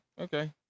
Okay